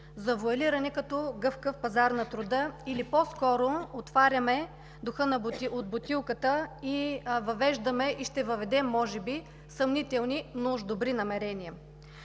завоалирани като гъвкав пазар на труда или по-скоро пускаме духа от бутилката и ще въведем може би съмнителни, но уж добри, намерения.